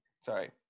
Sorry